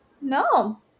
No